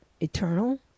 eternal